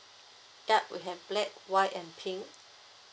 yup we have black white and pink